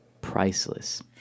Priceless